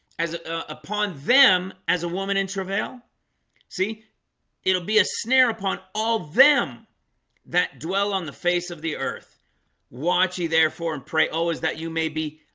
as a upon them as a woman in travail see it'll be a snare upon all them that dwell on the face of the earth watch ye therefore and pray. oh is that you may be?